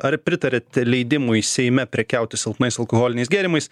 ar pritariate leidimui seime prekiauti silpnais alkoholiniais gėrimais